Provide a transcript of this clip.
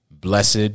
Blessed